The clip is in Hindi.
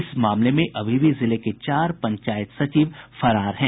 इस मामले में अभी भी जिले के चार पंचायत सचिव फरार हैं